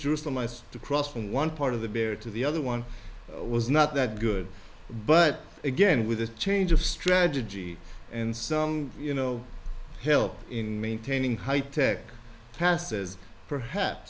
through some ice to cross from one part of the bear to the other one was not that good but again with a change of strategy and some you know help in maintaining high tech passes perhaps